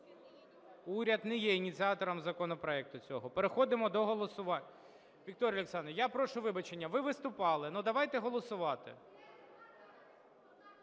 Уряд не є ініціатором законопроекту цього. Переходимо до голосування. Вікторіє Олександрівно, я прошу вибачення, ви виступали, ну давайте голосувати.